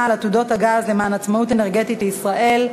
על עתודות הגז למען עצמאות אנרגטית לישראל,